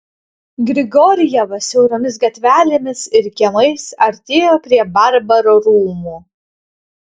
grigorjevas siauromis gatvelėmis ir kiemais artėjo prie barbaro rūmų